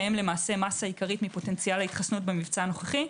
שהם המסה העיקרית מפוטנציאל ההתחסנות במבצע הנוכחי,